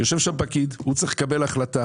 הוא צריך לקבל החלטה